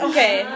Okay